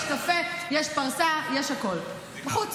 יש קפה, יש פרסה, יש הכול, בחוץ.